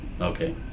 okay